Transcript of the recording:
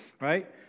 right